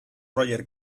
roger